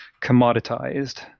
commoditized